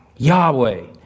Yahweh